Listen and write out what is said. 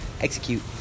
execute